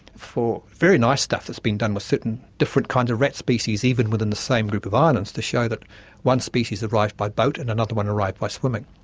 very nice stuff that's been done with certain different kinds of rat species, even within the same group of islands to show that one species arrived by boat and another one arrived by swimming.